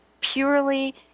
purely